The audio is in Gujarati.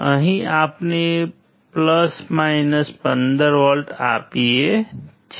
અહીં આપણે 15V આપીએ છીએ